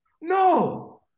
No